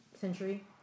century